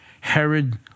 Herod